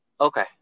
Okay